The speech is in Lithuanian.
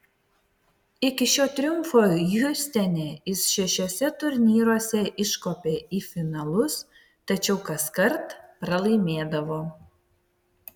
iki šio triumfo hjustone jis šešiuose turnyruose iškopė į finalus tačiau kaskart pralaimėdavo